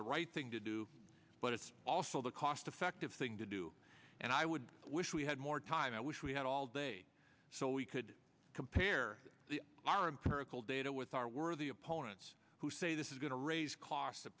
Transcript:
the right thing to do but it's also the cost effective thing to do and i would wish we had more time i wish we had all day so we could compare the r and pericles data with our worthy opponents who say this is going to raise cost